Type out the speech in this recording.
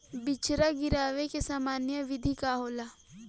बिचड़ा गिरावे के सामान्य विधि का होला?